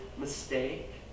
mistake